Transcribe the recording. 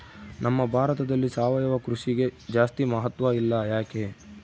ನಮ್ಮ ಭಾರತದಲ್ಲಿ ಸಾವಯವ ಕೃಷಿಗೆ ಜಾಸ್ತಿ ಮಹತ್ವ ಇಲ್ಲ ಯಾಕೆ?